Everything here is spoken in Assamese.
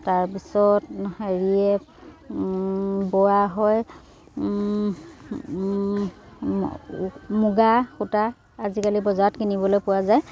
তাৰপিছত হেৰিয়ে বোৱা হয় মুগা সূতা আজিকালি বজাৰত কিনিবলৈ পোৱা যায়